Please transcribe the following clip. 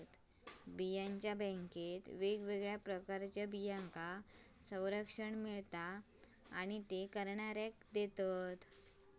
बियांच्या बॅन्केत वेगवेगळ्या प्रकारच्या बियांका संरक्षण मिळता आणि ते करणाऱ्याक देतत